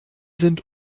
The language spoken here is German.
sind